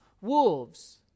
wolves